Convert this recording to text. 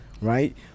right